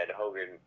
Hogan